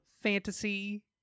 Fantasy